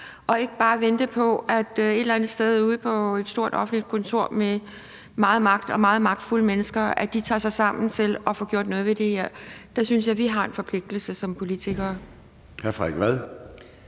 og ikke bare vente på, at man et eller andet sted ude på et stort offentligt kontor med meget magt og meget magtfulde mennesker tager sig sammen til at få gjort noget ved det her. Der synes jeg vi har en forpligtelse som politikere. Kl. 14:24